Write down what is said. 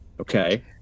okay